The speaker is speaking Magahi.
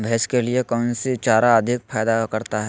भैंस के लिए कौन सी चारा अधिक फायदा करता है?